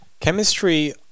Chemistry